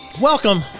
Welcome